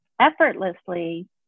effortlessly